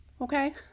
Okay